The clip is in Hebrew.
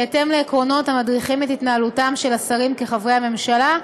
בהתאם לעקרונות המדריכים את התנהלותם של השרים כחברי הממשלה,